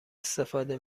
استفاده